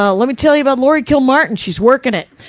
ah let me tell you about laurie kilmartin. she's workin' it.